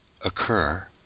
occur